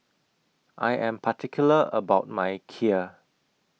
I Am particular about My Kheer